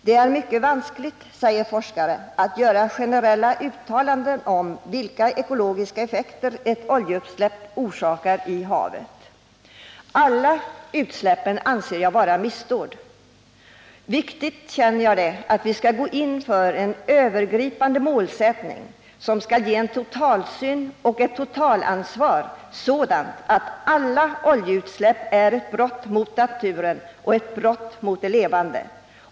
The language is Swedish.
Det är mycket vanskligt, säger forskare, att göra generella uttalanden om vilka ekologiska effekter ett oljeutsläpp i havet får. Alla utsläpp anser jag vara missdåd. Det är viktigt — så känner jag det — att vi går in för en övergripande målsättning, som skall ge en sådan totalsyn och ett sådant totalansvar att alla oljeutsläpp betraktas som ett brott mot naturen, ett brott mot det levande.